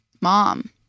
mom